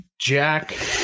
Jack